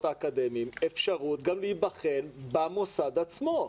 האקדמיים אפשרות גם להיבחן במוסד עצמו?